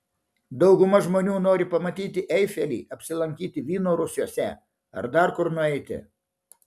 dauguma žmonių nori pamatyti eifelį apsilankyti vyno rūsiuose ar dar kur nueiti